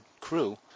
crew